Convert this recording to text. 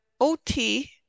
OT